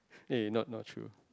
eh not not true